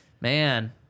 man